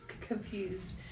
confused